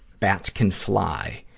bats can fly.